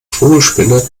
vogelspinne